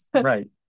Right